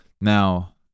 Now